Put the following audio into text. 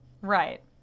Right